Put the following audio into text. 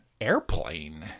airplane